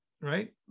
right